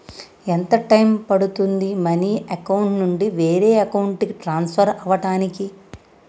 ఎంత టైం పడుతుంది money account నుంచి వేరే అకౌంట్ కి ట్రాన్స్ఫర్ కావటానికి?